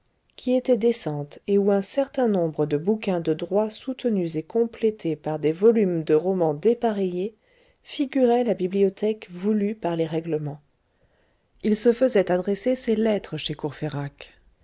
qui était décente et où un certain nombre de bouquins de droit soutenus et complétés par des volumes de romans dépareillés figuraient la bibliothèque voulue par les règlements il se faisait adresser ses lettres chez